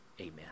Amen